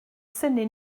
synnu